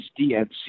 DNC